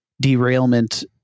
derailment